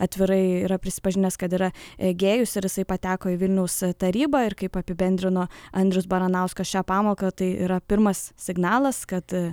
atvirai yra prisipažinęs kad yra gėjus ir jisai pateko į vilniaus tarybą ir kaip apibendrino andrius baranauskas šią pamoką tai yra pirmas signalas kad